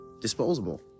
Disposable